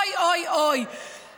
אוי, אוי, אוי.